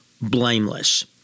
blameless